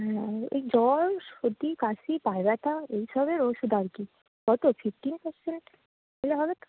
হ্যাঁ এই জ্বর সর্দি কাশি পায় ব্যথা এইসবের ওষুধ আর কি কত ফিফটিন পারসেন্ট পেলে হবে তো